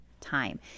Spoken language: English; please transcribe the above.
time